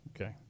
Okay